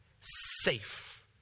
safe